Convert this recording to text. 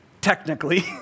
technically